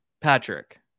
Patrick